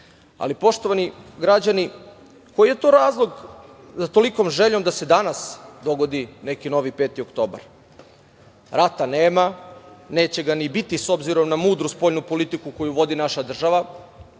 poštovani građani, koji je to razlog za tolikom željom da se danas dogodi neki novi 5. oktobar? Rata nema, neće ga ni biti, s obzirom na mudru spoljnu politiku koju vodi naša država,